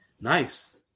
Nice